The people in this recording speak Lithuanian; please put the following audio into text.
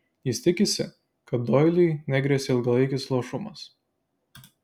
jis tikisi kad doiliui negresia ilgalaikis luošumas